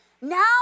Now